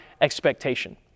expectation